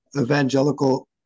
evangelical